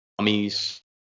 mummies